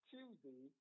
Tuesday